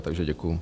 Takže děkuji.